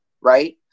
right